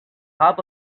half